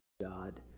God